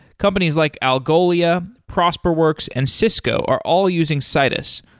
companies like algolia, prosperworks and cisco are all using citus,